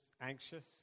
anxious